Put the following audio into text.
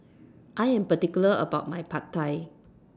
I Am particular about My Pad Thai